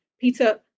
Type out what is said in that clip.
Peter